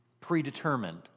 predetermined